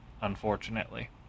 unfortunately